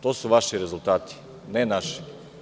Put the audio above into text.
To su vaši rezultati, ne naši.